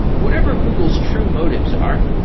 whatever google's true motives are,